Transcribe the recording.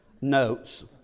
notes